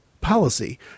policy